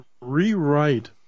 rewrite